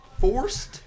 forced